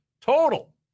total